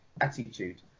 attitude